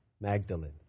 Magdalene